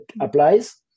applies